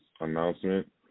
announcement